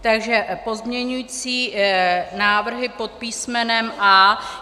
Takže pozměňující návrhy pod písmenem A.